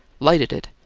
lighted it,